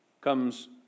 comes